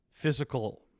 physical